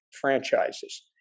franchises